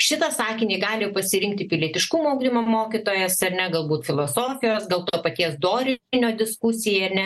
šitą sakinį gali pasirinkti pilietiškumo ugdymo mokytojas ar ne galbūt filosofijos gal to paties dorinio diskusijai ar ne